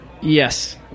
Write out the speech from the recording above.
Yes